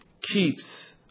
keeps